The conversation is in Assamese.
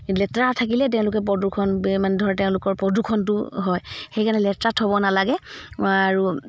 লেতেৰা থাকিলে তেওঁলোকে প্ৰদূষণ মানে ধৰ তেওঁলোকৰ প্ৰদূষণটো হয় সেইকাৰণে লেতেৰা থ'ব নালাগে আৰু